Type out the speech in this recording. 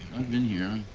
been here.